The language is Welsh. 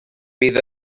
bydd